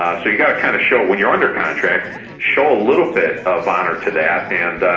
um so you gotta kinda show when you're under contract show a little bit of honor to that and